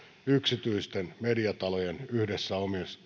yksityisten mediatalojen yhdessä